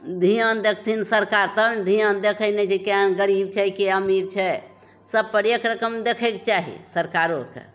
धिआन देथिन सरकार तहन ने धिआन देखै नहि छै केहन गरीब छै के अमीर छै सभपर एक रकम देखैके चाही सरकारोके